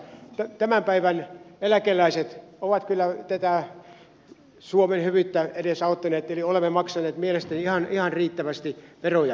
eli tämän päivän eläkeläiset ovat kyllä tätä suomen hyvyyttä edesauttaneet eli olemme maksaneet mielestäni ihan riittävästi veroja